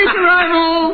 arrival